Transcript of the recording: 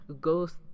goes